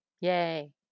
Yay